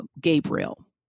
Gabriel